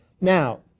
Now